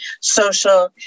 social